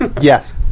Yes